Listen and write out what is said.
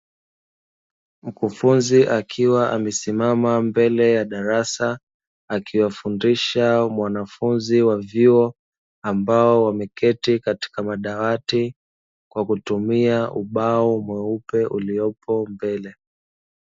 Mkufunzi akiwa amesimama mbele ya darasa akiwafundisha wanafunzi wa vyuo ambao wameketi katika madawati kwa kutumia ubao mweupe uliopo mbele.